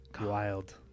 wild